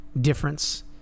difference